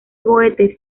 goethe